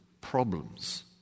problems